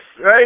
right